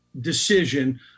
decision